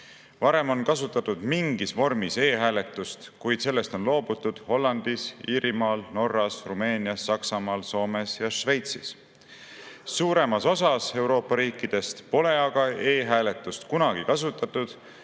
Varem on mingis vormis e‑hääletust kasutatud, kuid sellest on loobutud, Hollandis, Iirimaal, Norras, Rumeenias, Saksamaal, Soomes ja Šveitsis. Suurem osa Euroopa riikidest pole aga e‑hääletust kunagi kasutanud,